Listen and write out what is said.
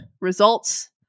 results